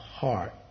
heart